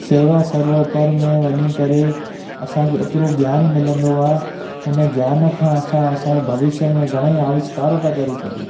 सेवा सर्वपर में वञी करे असांखे एतिरो ज्ञान मिलंदो आहे हुन ज्ञान खां असां असांजे भविष्य में घणेई आविष्कार था करे सघूं